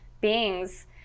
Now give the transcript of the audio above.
beings